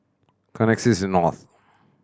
Connexis North